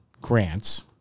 grants